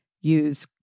Use